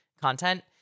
content